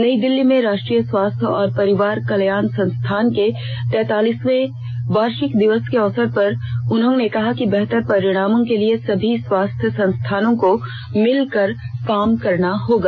नई दिल्ली में राष्ट्रीय स्वास्थ्य और परिवार कल्याण संस्थान के तैतालिसवें वार्षिक दिवस के अवसर पर उन्होंने कहा कि बेहतर परिणामों के लिए सभी स्वास्थ्य संस्थानों को मिलकर काम करना होगा